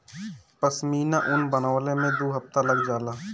पश्मीना ऊन बनवले में दू हफ्ता लग जाला